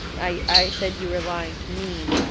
i i said you were lying to me,